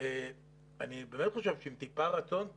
אני באמת שעם טיפה רצון טוב,